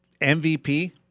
MVP